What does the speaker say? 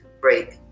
break